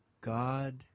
God